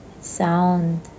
sound